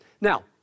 now